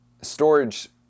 storage